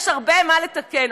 יש הרבה מה לתקן,